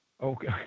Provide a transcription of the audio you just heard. Okay